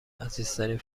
عزیزترین